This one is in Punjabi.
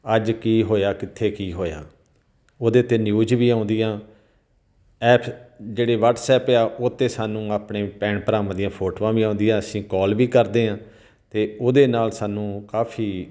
ਅੱਜ ਕੀ ਹੋਇਆ ਕਿੱਥੇ ਕੀ ਹੋਇਆ ਉਹਦੇ 'ਤੇ ਨਿਊਜ਼ ਵੀ ਆਉਂਦੀਆਂ ਐਪ ਜਿਹੜੇ ਵਟਸਐਪ ਆ ਉਹ 'ਤੇ ਸਾਨੂੰ ਆਪਣੇ ਭੈਣ ਭਰਾਵਾਂ ਦੀਆਂ ਫੋਟੋਆਂ ਵੀ ਆਉਂਦੀਆਂ ਅਸੀਂ ਕੌਲ ਵੀ ਕਰਦੇ ਹਾਂ ਅਤੇ ਉਹਦੇ ਨਾਲ ਸਾਨੂੰ ਕਾਫੀ